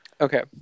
Okay